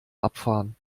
abfahren